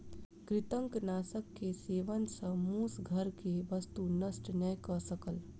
कृंतकनाशक के सेवन सॅ मूस घर के वस्तु नष्ट नै कय सकल